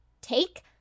take